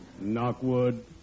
Knockwood